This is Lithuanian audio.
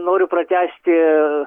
noriu pratęsti